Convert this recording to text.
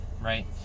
right